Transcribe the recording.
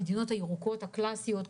המדינות הירוקות הקלאסיות,